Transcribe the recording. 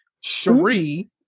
Cherie